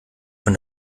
von